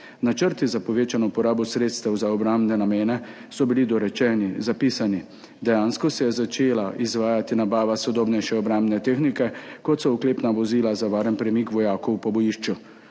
Načrti za povečano porabo sredstev za obrambne namene so bili dorečeni, zapisani. Dejansko se je začela izvajati nabava sodobnejše obrambne tehnike, kot so oklepna vozila za varen premik vojakov po bojišču,